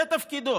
זה תפקידו.